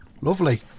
Lovely